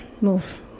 move